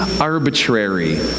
arbitrary